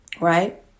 Right